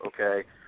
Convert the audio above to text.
Okay